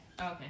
okay